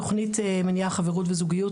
תכנית מניעה חברות וזוגיות,